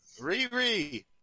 Riri